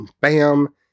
bam